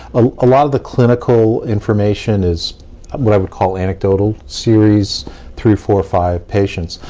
a lot of the clinical information is what i would call anecdotal, series three, four, five patients.